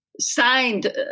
signed